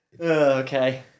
Okay